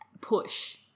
push